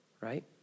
right